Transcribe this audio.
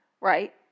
right